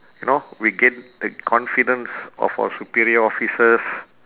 you know we gain the confidence of our superior officers